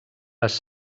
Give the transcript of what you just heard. les